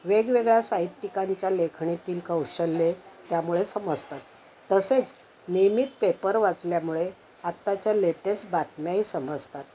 वेगवेगळ्या साहित्यिकांच्या लेखणीतील कौशल्ये त्यामुळे समजतात तसेच नियमित पेपर वाचल्यामुळे आत्ताच्या लेटेस्ट बातम्याही समजतात